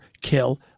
kill